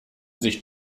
sich